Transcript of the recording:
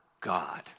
God